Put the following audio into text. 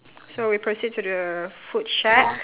so we proceed to the food shack